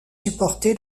supporté